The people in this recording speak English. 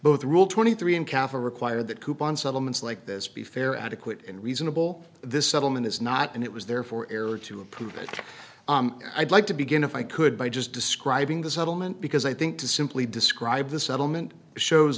both rule twenty three dollars and kava require that coupon settlements like this be fair adequate and reasonable this settlement is not and it was therefore error to approve but i'd like to begin if i could by just describing the settlement because i think to simply describe the settlement shows